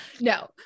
no